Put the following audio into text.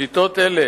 שיטות אלה